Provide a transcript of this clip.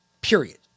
period